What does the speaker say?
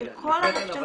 של כל התכנית.